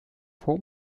hohem